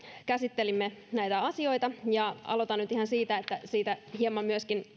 käsittelimme näitä asioita ja aloitan nyt ihan siitä siitä hieman myöskin